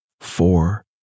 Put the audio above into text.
Four